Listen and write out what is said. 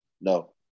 No